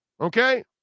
Okay